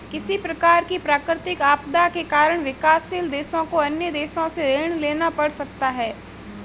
किसी प्रकार की प्राकृतिक आपदा के कारण विकासशील देशों को अन्य देशों से ऋण लेना पड़ सकता है